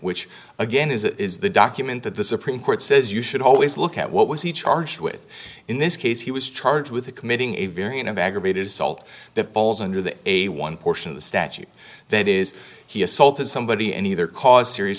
which again is the document that the supreme court says you should always look at what was he charged with in this case he was charged with committing a variant of aggravated assault that falls under the a one portion of the statute that is he assaulted somebody and either cause serious